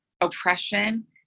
oppression